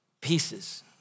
pieces